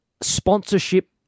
sponsorship